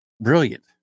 brilliant